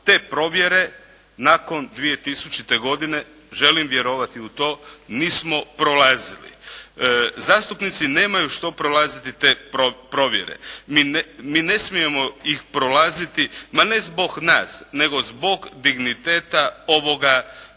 te provjere nakon 2000. godine želim vjerovati u to, nismo prolazili. Zastupnici nemaju što prolaziti te provjere. Mi ne smijemo ih prolaziti ma ne zbog nas nego zbog digniteta ovoga Doma